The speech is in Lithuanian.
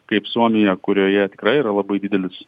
kaip suomija kurioje tikrai yra labai didelis